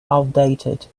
outdated